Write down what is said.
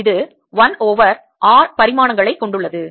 இது 1 over r பரிமாணங்களைக் கொண்டுள்ளது